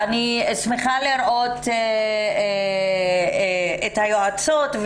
אני שמחה לראות את היועצות,